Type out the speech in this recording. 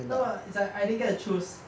no ah it's like I didn't get to choose